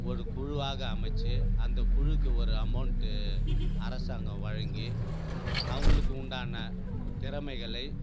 ஒரு குழுவாக அமைச்சு அந்த குழுக்கு ஒரு அமௌண்ட்டு அரசாங்கம் வழங்கி அவர்களுக்கு உண்டான திறமைகளை